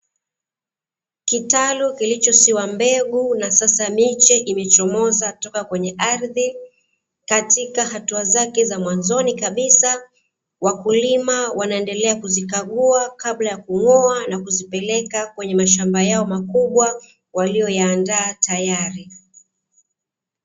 Kitalu kilichosiwa mbegu na sasa miche imechomoza kutoka kwenye ardhi katika hatua zake za mwanzoni kabisa, Wakulima wanaendelea kuzikagua kabla ya kung'oa na kuzipeleka kwenye mashamba yao makubwa waliyo yaandaa tayari.